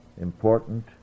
important